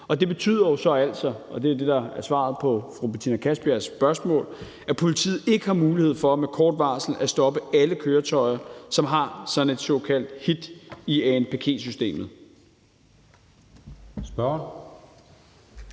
Og det betyder jo så altså, og det er det, der er svaret på fru Betina Kastbjergs spørgsmål, at politiet ikke har mulighed for med kort varsel at stoppe alle køretøjer, som har et såkaldt hit i anpg-systemet. Kl.